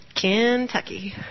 Kentucky